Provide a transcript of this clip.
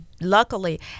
Luckily